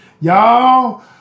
Y'all